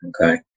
Okay